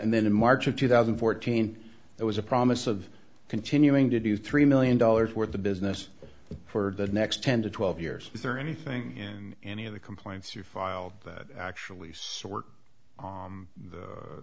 and then in march of two thousand and fourteen there was a promise of continuing to do three million dollars worth of business for the next ten to twelve years is there anything in any of the complaints you filed that actually sort